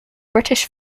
british